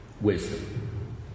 wisdom